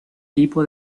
tipo